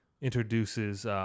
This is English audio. introduces